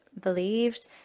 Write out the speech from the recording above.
believed